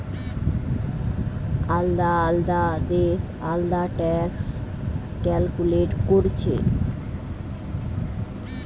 আলদা আলদা দেশ আলদা ট্যাক্স ক্যালকুলেট কোরছে